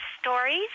stories